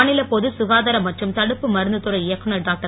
மாநில பொது சுகாதார மற்றும் தடுப்பு மருந்து துறை இயக்குநர் டாக்டர்